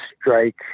strike